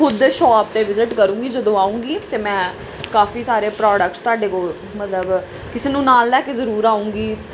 ਖੁਦ ਦੇ ਸ਼ੌਪ 'ਤੇ ਵਿਜਿਟ ਕਰੂੰਗੀ ਜਦੋਂ ਆਉਂਗੀ ਅਤੇ ਮੈਂ ਕਾਫੀ ਸਾਰੇ ਪ੍ਰੋਡਕਟਸ ਤੁਹਾਡੇ ਕੋਲ ਮਤਲਬ ਕਿਸੇ ਨੂੰ ਨਾਲ ਲੈ ਕੇ ਜ਼ਰੂਰ ਆਉਂਗੀ